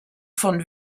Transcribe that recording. von